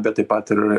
bet taip pat ir